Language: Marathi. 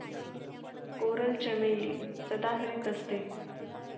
कोरल चमेली सदाहरित असते